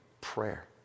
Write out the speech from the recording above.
prayer